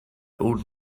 old